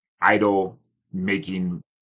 idol-making